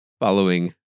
following